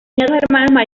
hermanos